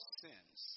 sins